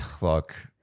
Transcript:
look